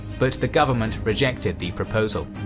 but the government rejected the proposal.